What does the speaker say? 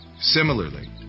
similarly